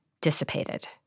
dissipated